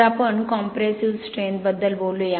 तर आपण compressive strength बद्दल बोलूया